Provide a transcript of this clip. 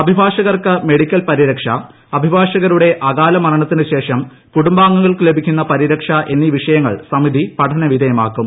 അഭിഭാഷകർക്ക് medical പ്രിരക്ഷ അഭിഭാഷകരുടെ അകാല മരണത്തിന് ശേഷം ക്ടുടുംബാംഗങ്ങൾക്ക് ലഭിക്കുന്ന പരിരക്ഷ എന്നീ വിഷയങ്ങൾ സമതി പഠനവിധേയമാക്കും